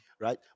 right